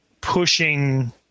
pushing